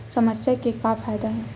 समस्या के का फ़ायदा हे?